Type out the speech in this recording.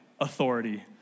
authority